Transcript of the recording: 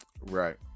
Right